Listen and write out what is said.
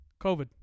COVID